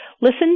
Listen